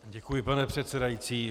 Děkuji, pane předsedající.